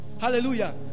Hallelujah